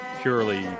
purely